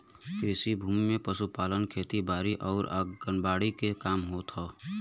कृषि भूमि में पशुपालन, खेती बारी आउर बागवानी के काम होत हौ